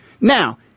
Now